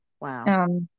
Wow